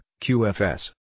QFS